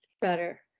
better